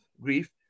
grief